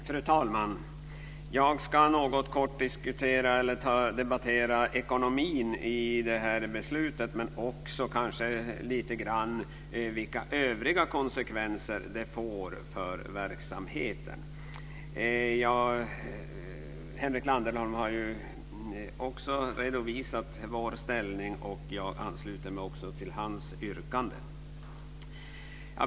Fru talman! Jag ska kortfattat tala om ekonomin i detta beslut men också lite grann om vilka övriga konsekvenser som det får för verksamheten. Henrik Landerholm har ju också redovisat vårt ställningstagande, och jag ansluter mig också till hans yrkande.